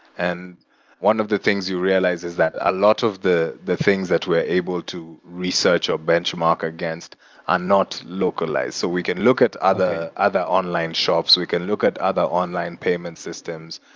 and one of the things you realize is that a lot of the the things that we're able to research or benchmark against are not localized. so we can look at other other online shops. we can look at other online payment systems.